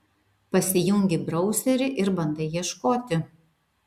pasijungi brauserį ir bandai ieškoti